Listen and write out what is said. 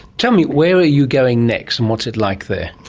tell me, where are you going next and what's it like there?